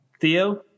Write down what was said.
Theo